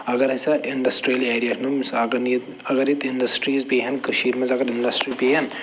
اگر ہسا industrial area یِم مِثال اگر نہ ییٚتہِ اگر ییٚتہِ اِنڈَسٹرٛیٖز پیٚیہِ ہَن کٔشیٖرِ منٛز اگر اِنڈَسٹرٛی پیٚیَن